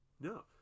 No